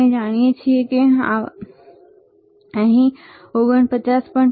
આપણે જાણીએ છીએ કે આપણે જોઈએ છીએ અહીં 49